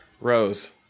Rose